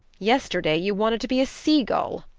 yesterday you wanted to be a sea gull,